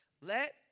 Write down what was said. let